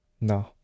No